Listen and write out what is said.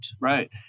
Right